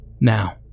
now